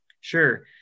Sure